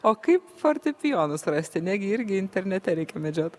o kaip fortepijonus rasti negi irgi internete reikia medžiot